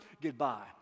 goodbye